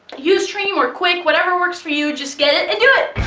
u stream or qik, whatever works for you, just get it and do it.